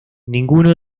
ninguno